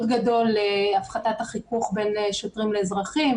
גדול להפחתת החיכוך בין שוטרים לאזרחים,